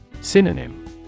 Synonym